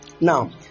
Now